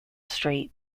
street